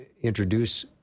introduce